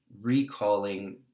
recalling